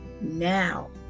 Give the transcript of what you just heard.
now